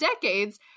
decades